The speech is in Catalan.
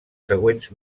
següents